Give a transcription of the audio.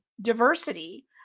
diversity